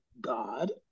God